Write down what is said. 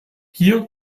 hier